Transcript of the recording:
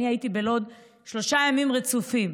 אני הייתי בלוד שלושה ימים רצופים.